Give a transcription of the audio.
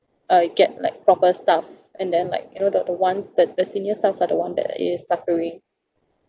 uh get like proper staff and then like you know the the ones that the senior staffs are the one that is suffering